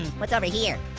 what's over here?